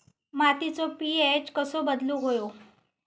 मातीचो पी.एच कसो बदलुक होयो?